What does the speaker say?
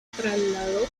trasladó